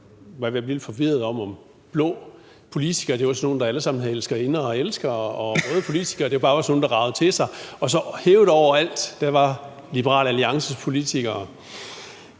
ved at blive lidt forvirret over, om blå politikere var sådan nogle, der alle sammen havde elskerinder og elskere, og om røde politikere bare var sådan nogle, der ragede til sig – og hævet over alt var Liberal Alliances politikere.